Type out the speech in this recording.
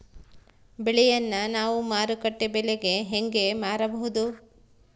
ಬೆಳೆಯನ್ನ ನಾವು ಮಾರುಕಟ್ಟೆ ಬೆಲೆಗೆ ಹೆಂಗೆ ಮಾರಬಹುದು?